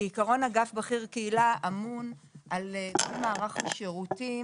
כעיקרון אגף בכיר קהילה אמון על כל מערך השירותים